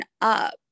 up